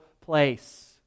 place